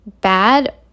bad